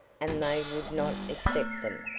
and they would not accept them.